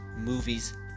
movies